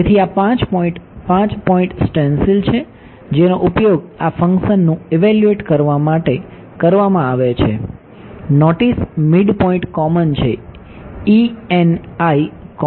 તેથી આ પાંચ પોઈન્ટ પાંચ પોઈન્ટ સ્ટેન્સિલ છે જેનો ઉપયોગ આ ફંક્શનનું ઇવેલ્યુએટ કરવા માટે કરવામાં આવે છે નોટિસ મિડપોઈન્ટ કોમન છે E n i કોમન છે